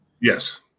Yes